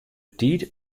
tiid